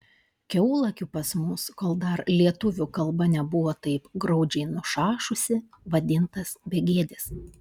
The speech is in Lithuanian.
kiaulakiu pas mus kol dar lietuvių kalba nebuvo taip graudžiai nušašusi vadintas begėdis